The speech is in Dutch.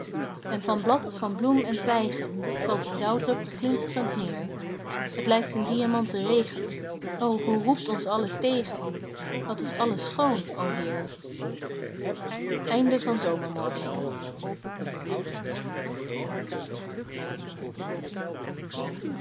en van blad van bloem en twijgen valt de dauwdrup glinst'rend neer t lijkt een diamanten regen o hoe roept ons alles tegen wat is alles schoon o heer